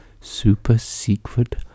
super-secret